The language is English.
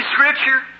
Scripture